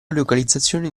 localizzazione